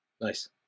Nice